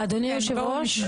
אדוני היושב ראש.